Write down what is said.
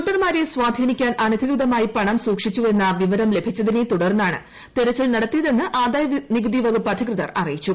വോട്ടർമാരെ സ്വാധീനിക്കാൻ അനധികൃതമായി പണം സൂക്ഷിച്ചുവെന്ന വിവരം ലഭിച്ചതിനെ തുടർന്നാണ് തെരച്ചിൽ നടത്തിയതെന്ന് ആദായനികുതി വകുപ്പ് അധികൃതർ അറിയിച്ചു